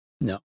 no